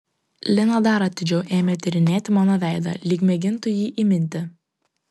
lina dar atidžiau ėmė tyrinėti mano veidą lyg mėgintų jį įminti